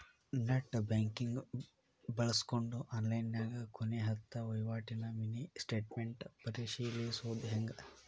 net banking ಬಳ್ಸ್ಕೊಂಡ್ ಆನ್ಲೈನ್ಯಾಗ ಕೊನೆ ಹತ್ತ ವಹಿವಾಟಿನ ಮಿನಿ ಸ್ಟೇಟ್ಮೆಂಟ್ ಪರಿಶೇಲಿಸೊದ್ ಹೆಂಗ